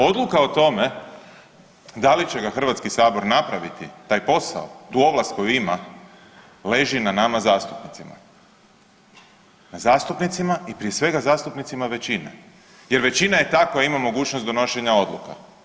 Odluka o tome da li će ga Hrvatski sabor napraviti taj posao tu ovlast koju ima leži na nama zastupnicima, na zastupnicima i prije svega zastupnicima većine, jer većina je ta koja ima mogućnost donošenja odluka.